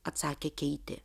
atsakė keitė